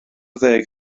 ddeg